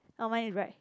oh mine is right